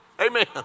amen